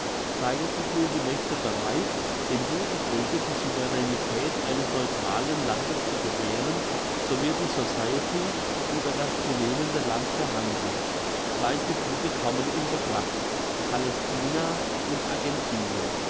zeigen sich nun die mächte bereit dem judenvolke die souveränetät eines neutralen landes zu gewähren so wird die society über das zu nehmende land verhandeln zwei gebiete kommen in betracht palästina und